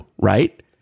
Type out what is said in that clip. right